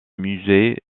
musée